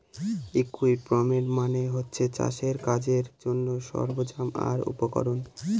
equipment মানে হচ্ছে চাষের কাজের জন্যে সরঞ্জাম আর উপকরণ